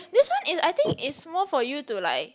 this one is I think is more for you to like